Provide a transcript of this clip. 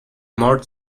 more